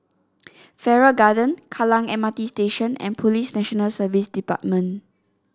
Farrer Garden Kallang M R T Station and Police National Service Department